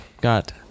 Got